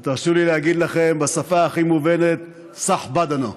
אז תרשו לי להגיד לכם בשפה הכי מובנת (אומר בערבית: